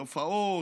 התופעות,